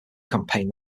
campaign